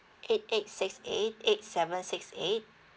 eight eight six eight eight seven six eight